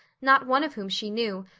not one of whom she knew,